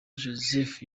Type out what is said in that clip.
joseph